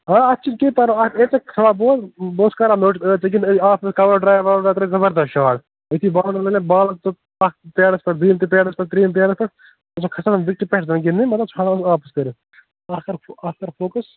آ اَتھ چھُنہٕ کینٛہہ پَرواے اَتھ تھوڑا بہت بہٕ اوسُس کَرَان نوٹِس ژٕ گنٛدیٚکھ کور ڈرٛایِو ووَر ڈرٛایِو زبردست شاٹ یُتھُے بالرَن لگٲے نا بال اَکھ پیڈس پٮ۪ٹھ دۄیِم تہِ پیڈس پٮ۪ٹھ ترٛیٚیِم پیڈس پٮ۪ٹھ ژٕاوسکھ کھَسَان وِکٹہِ پٮ۪ٹھٕ زَن گِنٛدنہِ مطلب اَتھ کرفو اَتھ کر فوکس